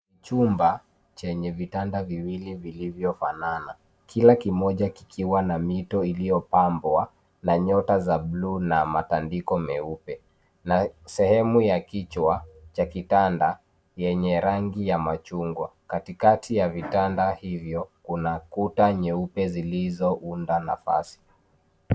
Chumba chenye vitanda viwili viliyvyofanana, kila kimoja kikiwa na mito iliyopambwa na nyota za buluu na matandiko meupe, na sehemu ya kichwa cha kitanda yenye rangi ya machungwa. katikati ya vitanda hivyo kuna kuta nyeupe zilizo unda nafasi.